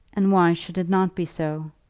and why should it not be so?